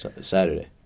Saturday